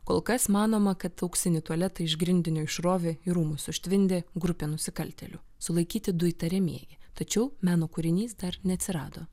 kol kas manoma kad auksinį tualetą iš grindinio išrovė ir rūmus užtvindė grupė nusikaltėlių sulaikyti du įtariamieji tačiau meno kūrinys dar neatsirado